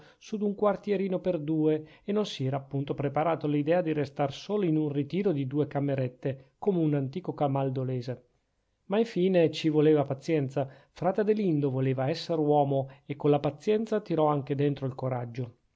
su d'un quartierino per due e non si era appunto preparato all'idea di restar solo in un ritiro di due camerette come un antico camaldolese ma infine ci voleva pazienza frate adelindo voleva esser uomo e con la pazienza tirò anche dentro il coraggio